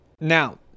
Now